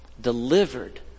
delivered